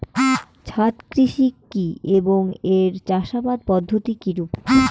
ছাদ কৃষি কী এবং এর চাষাবাদ পদ্ধতি কিরূপ?